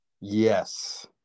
Yes